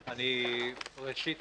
ראשית,